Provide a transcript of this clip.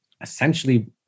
essentially